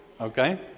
okay